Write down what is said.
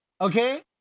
Okay